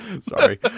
Sorry